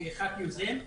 כאחד שיזם,